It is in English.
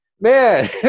Man